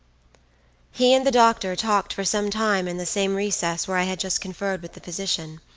he and the doctor talked for some time in the same recess where i had just conferred with the physician.